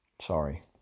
Sorry